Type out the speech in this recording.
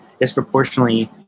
disproportionately